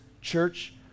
Church